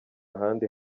ahandi